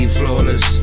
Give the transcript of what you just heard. flawless